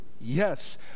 Yes